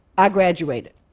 i graduated.